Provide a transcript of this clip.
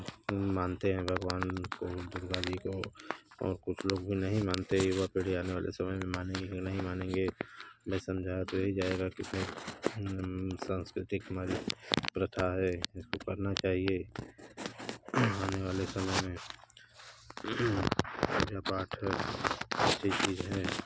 हम मानते है भगवान को दुर्गा जी को और कुछ लोग भी नहीं मानते युवा पीढ़ी आने वाले समय में मानेगी की नहीं मानेगी मैं समझा के ही जाएगा की सांस्कृतिक हमारी प्रथा है पढ़ना चाहिए आने वाले समय में पूजा पाठ अच्छी चीज है